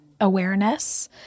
awareness